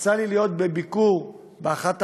יצא לי להיות בביקור באחת הערים,